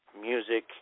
music